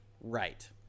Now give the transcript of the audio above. Right